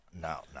no